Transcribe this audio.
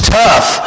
tough